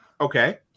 Okay